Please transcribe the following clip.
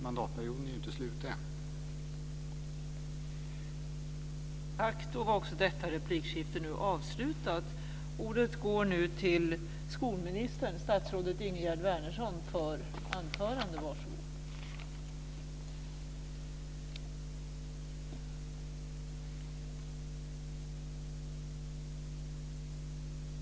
Mandatperioden är inte slut än.